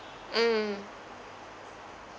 mm mm